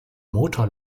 motor